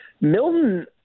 Milton